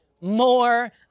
more